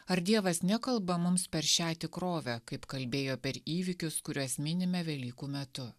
ar dievas nekalba mums per šią tikrovę kaip kalbėjo per įvykius kuriuos minime velykų metu